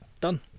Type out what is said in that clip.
Done